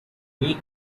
wake